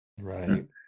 Right